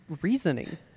reasoning